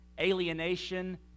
alienation